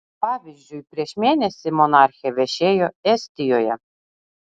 pavyzdžiui prieš mėnesį monarchė viešėjo estijoje